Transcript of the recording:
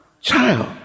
Child